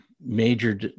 major